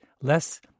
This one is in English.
less